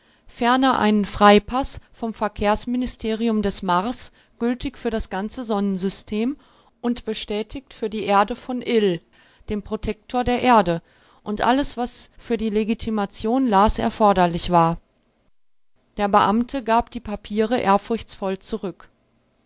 ferner einen freipaß vom verkehrsministerium des mars gültig für das ganze sonnensystem und bestätigt für die erde von ill dem protektor der erde und alles was für die legitimation las erforderlich war der beamte gab die papiere ehrfurchtsvoll zurück